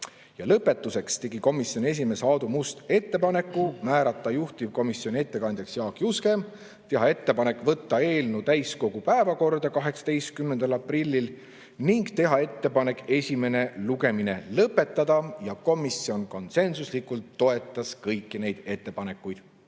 Lõpetuseks tegi komisjoni esimees Aadu Must ettepaneku määrata juhtivkomisjoni ettekandjaks Jaak Juske, teha ettepanek võtta eelnõu täiskogu päevakorda 18. aprillil ning teha ettepanek esimene lugemine lõpetada. Komisjon konsensuslikult toetas kõiki neid ettepanekuid.